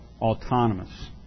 Autonomous